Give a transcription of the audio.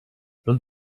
nun